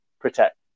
protect